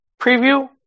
preview